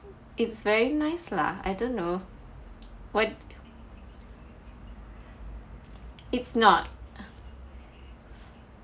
it's very nice lah I don't know what it's not